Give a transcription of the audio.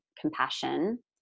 compassion